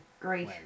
great